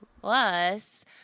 Plus